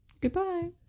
Goodbye